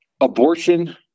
abortion